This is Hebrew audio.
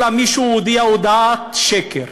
אלא מישהו הודיע הודעת שקר.